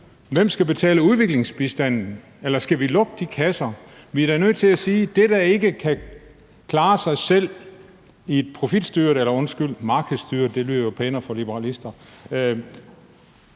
Hvem skal betale udviklingsbistanden, eller skal vi lukke de kasser? Vi er da nødt til at sige, at der er noget, der ikke kan klare sig selv i et profitstyret, eller undskyld, markedsstyret